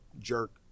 jerk